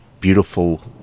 beautiful